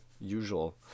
usual